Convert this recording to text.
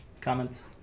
comments